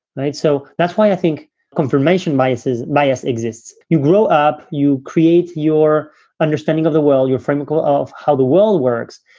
right? so that's why i think confirmation biases, bias exists. you grow up, you create your understanding of the world, your framework ah of how the world works,